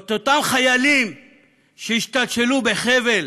את אותם חיילים שהשתלשלו בחבל